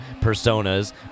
personas